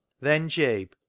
then jabe,